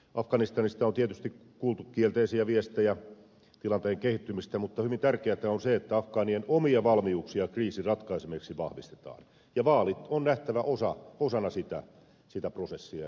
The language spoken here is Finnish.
afganistanista on tietysti kuultu kielteisiä viestejä tilanteen kehittymisestä mutta hyvin tärkeätä on se että afgaanien omia valmiuksia kriisin ratkaisemiseksi vahvistetaan ja vaalit on nähtävä osana sitä prosessia